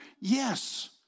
Yes